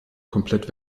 komplett